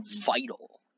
vital